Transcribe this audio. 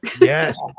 Yes